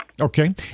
Okay